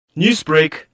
Newsbreak